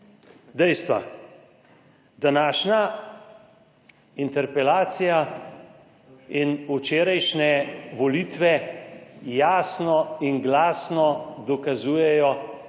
Dejstva, današnja interpelacija in včerajšnje volitve jasno in glasno dokazujejo,